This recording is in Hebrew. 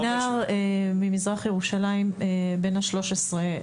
הנער ממזרח ירושלים בן ה-13,